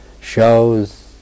shows